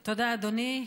תודה, אדוני.